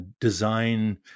design